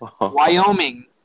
Wyoming